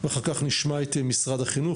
ואחר כך נשמע את משרד החינוך.